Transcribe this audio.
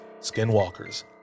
skinwalkers